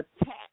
attack